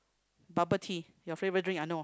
bubble tea your favourite drink I know